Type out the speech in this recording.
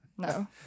No